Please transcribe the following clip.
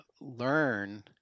learn